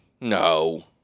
No